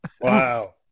Wow